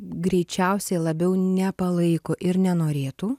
greičiausiai labiau nepalaiko ir nenorėtų